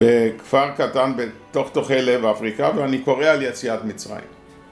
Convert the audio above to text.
בכפר קטן בתוך תוכי לב אפריקה ואני קורא על יציאת מצרים